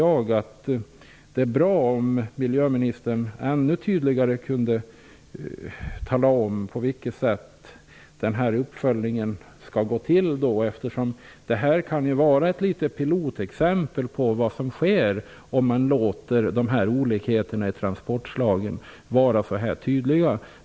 Det vore därför bra om miljöministern ännu tydligare kunde tala om på vilket sätt regeringens uppföljning skall gå till. Det här kan vara ett litet pilotexempel på vad som sker om olikheterna i förutsättningar för transportslagen får vara så tydliga.